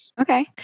Okay